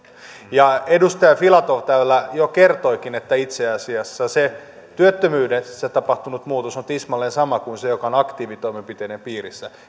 ja edustaja filatov täällä jo kertoikin että itse asiassa se työttömyydessä tapahtunut muutos on tismalleen sama kuin se joka on tapahtunut aktiivitoimenpiteiden piirissä